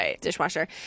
dishwasher